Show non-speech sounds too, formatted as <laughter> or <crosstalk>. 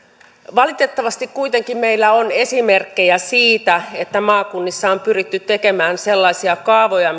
valitettavasti kuitenkin meillä on esimerkkejä siitä että maakunnissa on pyritty tekemään sellaisia kaavoja <unintelligible>